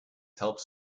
helps